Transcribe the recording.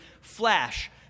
flash